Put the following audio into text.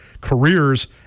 careers